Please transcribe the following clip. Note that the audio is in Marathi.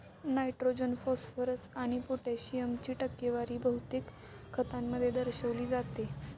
नायट्रोजन, फॉस्फरस आणि पोटॅशियमची टक्केवारी बहुतेक खतांमध्ये दर्शविली जाते